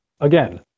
Again